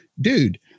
dude